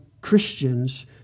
Christians